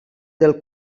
del